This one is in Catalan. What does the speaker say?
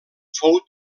fou